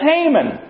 Haman